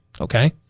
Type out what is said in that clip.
Okay